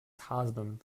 husband